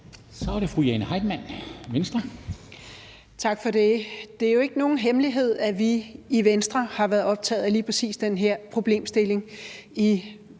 Kl. 10:17 Jane Heitmann (V): Tak for det. Det er jo ikke nogen hemmelighed, at vi i Venstre har været optaget af lige præcis den her problemstilling i